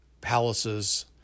palaces